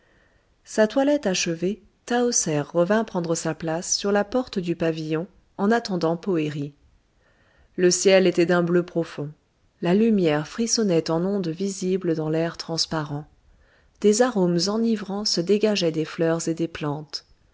sa toilette achevée tahoser revint prendre sa place sur la porte du pavillon en attendant poëri le ciel était d'un bleu profond la lumière frissonnait en ondes visibles dans l'air transparent des arômes enivrants se dégageaient des fleurs et des plantes